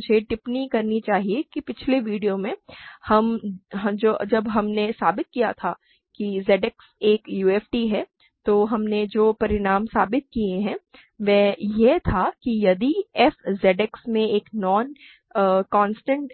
मुझे टिप्पणी करनी चाहिए कि पिछले वीडियो में जब हमने साबित किया था कि ZX एक UFD है तो हमने जो परिणाम साबित किया है वह यह था कि यदि f ZX में एक नॉन कांस्टेंट